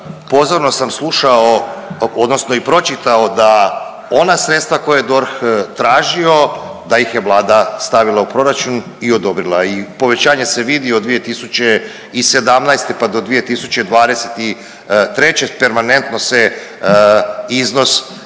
Pozorno sam slušao, odnosno i pročitao da ona sredstva koja je DORH tražio da ih je Vlada stavila u proračun i odobrila i povećanje se vidi od 2017. pa do 2023. permanentno se iznos